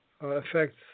affects